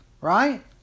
right